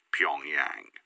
Pyongyang